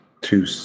two